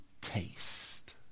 taste